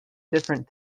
different